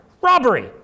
Robbery